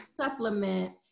supplement